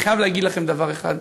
אני חייב להגיד לכם דבר אחד,